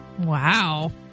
Wow